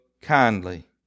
kindly